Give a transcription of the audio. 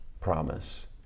promise